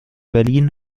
berlin